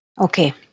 Okay